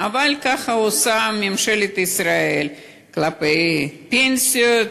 אבל ככה עושה ממשלת ישראל כלפי הפנסיות,